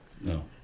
No